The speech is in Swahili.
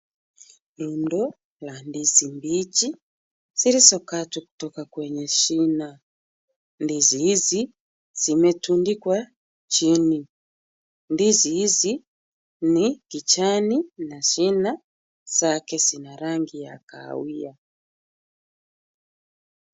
Rundo ya ndizi mbichi zilizokatwa kutoka kwenye shina. Ndizi hizi zimetundikwa chini. Ndizi hizi ni za kijani na shina yake lina rangi ya kahawia.